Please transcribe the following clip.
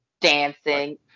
dancing